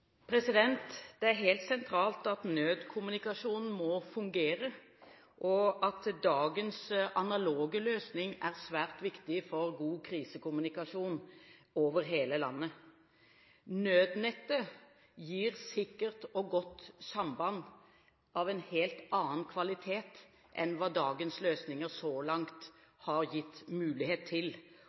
Det er helt sentralt at nødkommunikasjonen må fungere, og at dagens analoge løsning er svært viktig for god krisekommunikasjon over hele landet. Nødnettet gir sikkert og godt samband av en helt annen kvalitet enn hva dagens løsninger så langt har gitt mulighet til.